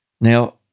Now